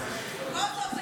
הכול טוב.